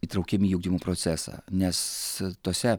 įtraukiami į ugdymo procesą nes tose